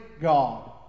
God